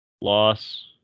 Loss